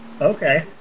Okay